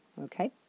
okay